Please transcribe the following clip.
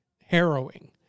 harrowing